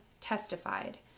testified